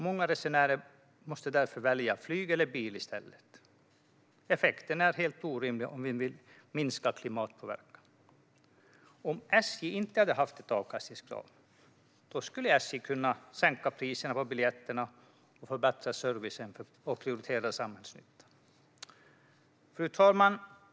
Många resenärer måste därför välja flyg eller bil i stället. Effekten är helt orimlig om vi vill minska klimatpåverkan. Om SJ inte hade haft ett avkastningskrav skulle bolaget kunna sänka priserna på biljetter och förbättra servicen och därmed prioritera samhällsnyttan. Fru talman!